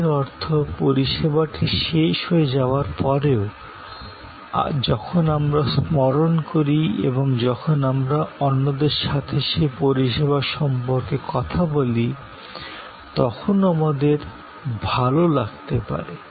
এর অর্থ পরিষেবাটি শেষ হয়ে যাওয়ার পরেও যখন আমরা স্মরণ করি এবং যখন আমরা অন্যদের সাথে সেই পরিষেবা সম্পর্কে কথা বলি তখনও আমাদের ভাল লাগতে পারে